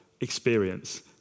experience